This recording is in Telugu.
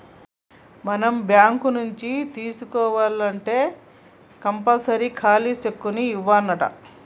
మనం బాంకు నుంచి తీసుకోవాల్నంటే కంపల్సరీగా ఖాలీ సెక్కును ఇవ్యానంటా